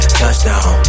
touchdown